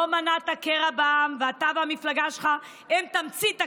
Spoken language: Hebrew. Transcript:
לא מנעת קרע בעם, ואתה והמפלגה שלך הם תמצית הקרע.